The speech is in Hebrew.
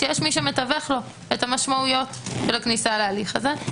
כשיש מי שמתווך לו את המשמעויות של הכניסה להליך הזה,